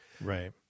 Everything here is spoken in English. right